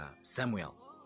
Samuel